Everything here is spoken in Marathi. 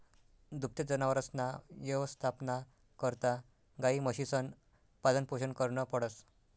दुभत्या जनावरसना यवस्थापना करता गायी, म्हशीसनं पालनपोषण करनं पडस